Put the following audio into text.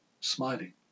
smiling